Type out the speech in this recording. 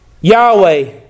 Yahweh